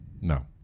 No